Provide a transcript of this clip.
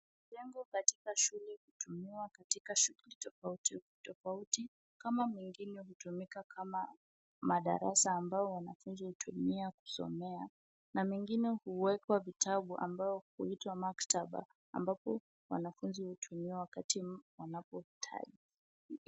Jengo katika shule hutumika katika shughuli tofauti tofauti. Kama mengine hutumika kama madarasa ambayo wanafunzi hutumia kusomea na mengine huwekwa vitabu ambavyo huitwa maktaba ambapo wanafunzi hutumia wanapo hitaji.